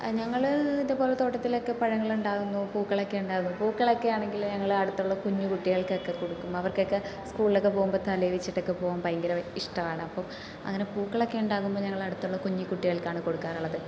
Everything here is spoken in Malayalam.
ഞങ്ങൾ ഇതുപോലെ തോട്ടത്തിലൊക്കെ പഴങ്ങൾ ഉണ്ടാകുന്നു പൂക്കൾ ഒക്കെ ഉണ്ടാകും പൂക്കളൊക്കെ ആണെങ്കിൽ ഞങ്ങൾ അടുത്തുള്ള കുഞ്ഞു കുട്ടികൾക്കൊക്കെ കൊടുക്കും അവർക്കൊക്കെ സ്കൂളിലൊക്കെ പോകുമ്പോൾ തലയിൽ വെച്ചിട്ടൊക്കെ പോകാൻ ഭയങ്കര ഇഷ്ടമാണ് അപ്പം അങ്ങനെ പൂക്കളൊക്കെ ഉണ്ടാകുമ്പോൾ ഞങ്ങൾ അടുത്തുള്ള കുഞ്ഞു കുട്ടികൾക്കാണ് കൊടുക്കാറുള്ളത്